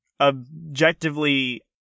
objectively